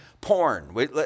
Porn